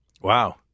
Wow